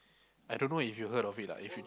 I don't know if you heard of it lah